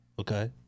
Okay